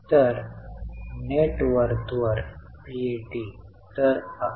तर नेट वर्थवर पीएटी तर 11